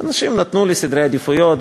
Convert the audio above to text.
אנשים נתנו לי סדרי עדיפויות,